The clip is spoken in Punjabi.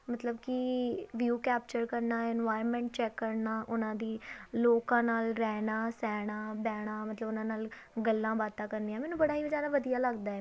ਮਤਲਬ ਕਿ ਵਿਊ ਕੈਪਚਰ ਕਰਨਾ ਇਨਵਾਇਰਮੈਂਟ ਚੈੱਕ ਕਰਨਾ ਉਹਨਾਂ ਦੀ ਲੋਕਾਂ ਨਾਲ ਰਹਿਣਾ ਸਹਿਣਾ ਬਹਿਣਾ ਮਤਲਬ ਉਹਨਾਂ ਨਾਲ ਗੱਲਾਂ ਬਾਤਾਂ ਕਰਨੀਆਂ ਮੈਨੂੰ ਬੜਾ ਹੀ ਜ਼ਿਆਦਾ ਵਧੀਆ ਲੱਗਦਾ